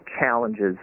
challenges